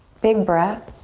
big breath.